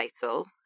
title